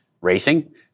racing